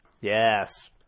Yes